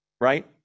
right